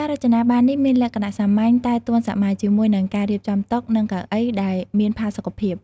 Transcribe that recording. ការរចនាបារនេះមានលក្ខណៈសាមញ្ញតែទាន់សម័យ ជាមួយនឹងការរៀបចំតុ និងកៅអីដែលមានផាសុកភាព។